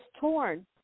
torn